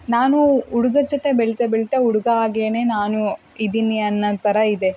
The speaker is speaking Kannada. ನಾನು ಹುಡುಗರ್ ಜೊತೆ ಬೆಳಿತಾ ಬೆಳಿತಾ ಹುಡ್ಗ ಹಾಗೆನೇ ನಾನು ಇದ್ದೀನಿ ಅನ್ನೋ ಥರ ಇದೆ